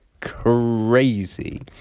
crazy